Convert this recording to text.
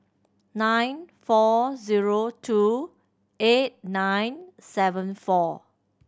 nine four zero two eight nine seven four